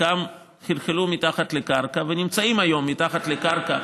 חלקם חלחלו מתחת לקרקע ונמצאים היום מתחת לקרקע